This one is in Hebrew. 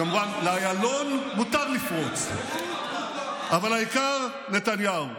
כמובן, לאיילון מותר לפרוץ, אבל העיקר, נתניהו.